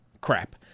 crap